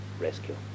rescue